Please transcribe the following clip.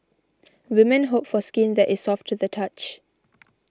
women hope for skin that is soft to the touch